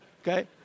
okay